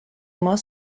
more